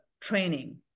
training